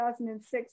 2006